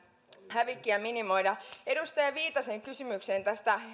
hävikkiä minimoida edustaja viitasen kysymykseen